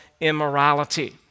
immorality